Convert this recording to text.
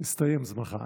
הסתיים זמנך.